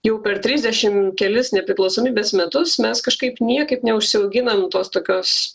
jau per trisdešimt kelis nepriklausomybės metus mes kažkaip niekaip neužsiauginam tos tokios